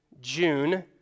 June